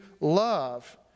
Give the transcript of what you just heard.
love